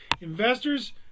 Investors